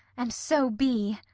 and so be!